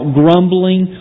grumbling